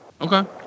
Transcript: okay